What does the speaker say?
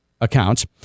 accounts